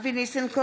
בעד אבי ניסנקורן,